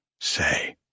Say